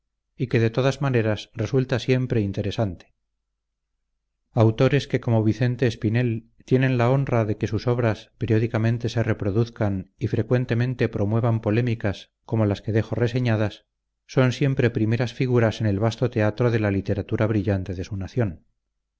y que de todas maneras resulta siempre interesante autores que como vicente espinel tienen la honra de que sus obras periódicamente se reproduzcan y frecuentemente promuevan polémicas como las que dejo reseñadas son siempre primeras figuras en el vasto teatro de la literatura brillante de su nación